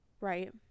Right